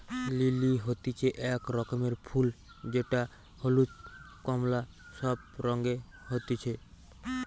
lily হতিছে এক রকমের ফুল যেটা হলুদ, কোমলা সব রঙে হতিছে